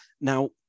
Now